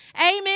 Amen